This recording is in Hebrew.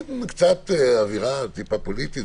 עם קצת אווירה פוליטית,